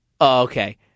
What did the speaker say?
okay